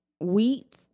wheat